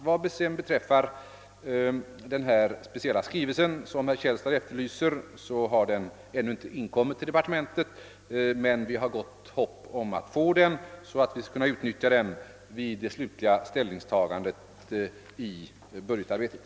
Vad sedan den skrivelse beträffar som herr Källstad efterlyste, så har den ännu inte inkommit till departementet, men vi hyser gott hopp om att få den, så att vi kan utnyttja den vid vårt slutliga ställningstagande i budgetarbetet.